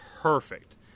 perfect